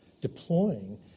deploying